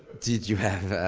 did you have,